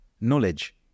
knowledge